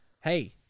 Hey